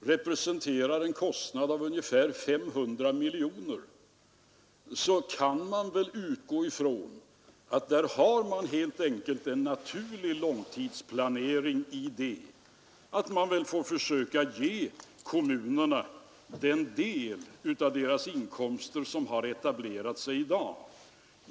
representerar en kostnad av ungefär 500 miljoner kronor, och man kan väl utgå från att det ligger en naturlig långtidsplanering helt enkelt i det förhållandet att vi får försöka ge kommunerna den del av deras inkomster som har etablerat sig i dag.